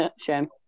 Shame